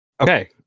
Okay